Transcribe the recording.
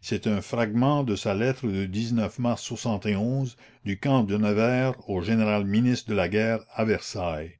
c'est un fragment de sa lettre du mars du camp de nevers au général ministre de la guerre à versailles